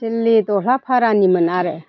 सिदलि दहलाफारानिमोन आरो